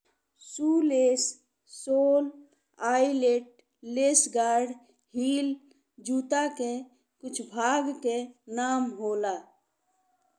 Shoelace, sole, eyelet, lace guard, heel जुतन के कुछ भाग के नाम होला।